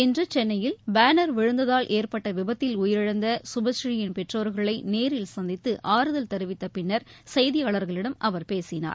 இன்று சென்னையில் பேனர் விழுந்ததால் ஏற்பட்ட விபத்தில் உயிரிழந்த சுபபுநீயின் பெற்றோர்களை நேரில் சந்தித்து ஆறுதல் தெரிவித்த பின்னர் செய்தியாளர்களிடம் அவர் பேசினார்